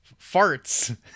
farts